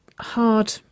hard